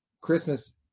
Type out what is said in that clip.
Christmas